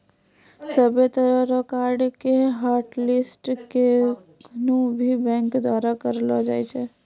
सभ्भे तरह रो कार्ड के हाटलिस्ट केखनू भी बैंक द्वारा करलो जाबै पारै